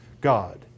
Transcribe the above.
God